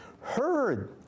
heard